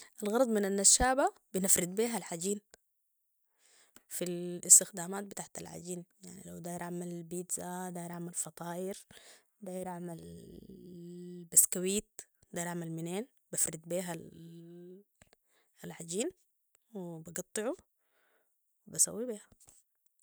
الغرض من النشابة بنفرد بيها العجين في الاستخدامات بتاعة العجين يعني لو داير عمل بيتزا داير عمل فطاير داير اعمل بسكويت داير عمل مينين بفرد بها العجين وبقطعو وبسوي بيا